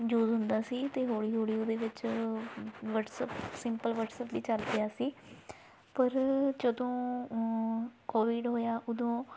use ਹੁੰਦਾ ਸੀ ਅਤੇ ਹੌਲੀ ਹੌਲੀ ਉਹਦੇ ਵਿੱਚ ਵੱਟਸਅੱਪ ਸਿੰਪਲ ਵੱਟਸਅੱਪ ਵੀ ਚੱਲ ਪਿਆ ਸੀ ਪਰ ਜਦੋਂ ਕੋਵਿਡ ਹੋਇਆ ਉਦੋਂ